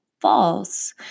false